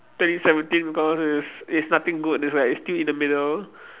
twenty seventeen because it's it's nothing good that's like still in the middle